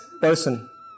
person